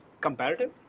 comparative